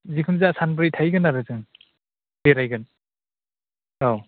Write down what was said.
जेखुन जाया सानब्रै थाहैगोन आरो जों बेरायगोन औ